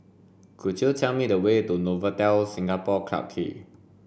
could you tell me the way to Novotel Singapore Clarke Quay